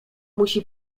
musi